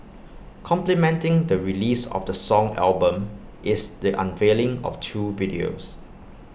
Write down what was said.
complementing the release of the song album is the unveiling of two videos